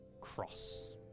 cross